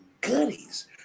goodies